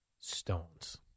Stones